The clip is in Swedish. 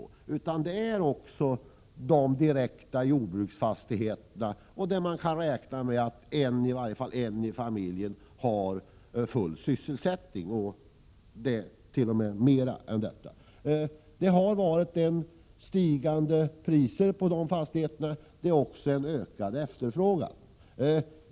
Det gäller alltså de direkta jordbruksfastigheterna, där i varje fall en i familjen har full sysselsättning, t.o.m. mera. Priserna har stigit och efterfrågan har ökat på dessa fastigheter.